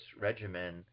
regimen